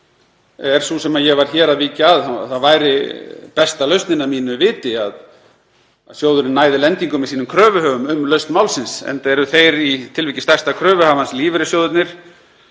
er sú sem ég var hér að víkja að; það væri besta lausnin að mínu viti að sjóðurinn næði lendingu með sínum kröfuhöfum um lausn málsins, enda eru þeir í tilviki stærsta kröfuhafans, lífeyrissjóðirnir.